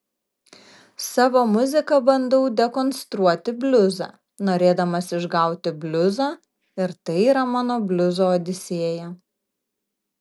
savo muzika bandau dekonstruoti bliuzą norėdamas išgauti bliuzą ir tai yra mano bliuzo odisėja